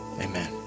Amen